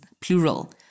plural